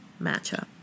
matchup